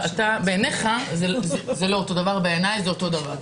--- בעיניך זה לא אותו דבר, בעיניי זה אותו דבר.